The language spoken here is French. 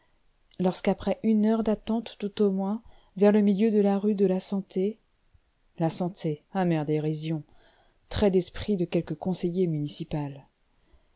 désespoir lorsqu'après une heure d'attente tout au moins vers le milieu de la rue de la santé la santé amère dérision trait d'esprit de quelque conseiller municipal